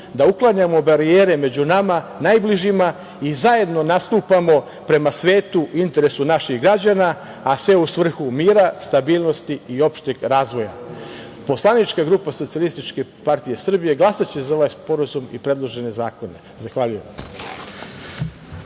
da uklanjamo barijere među nama, najbližima, i zajedno nastupamo prema svetu u interesu naših građana, a sve u svrhu mira, stabilnosti i opšteg razvoja. Poslanička grupa SPS glasaće za ovaj sporazum i predložene zakone. Zahvaljujem.